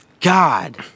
God